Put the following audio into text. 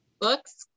Books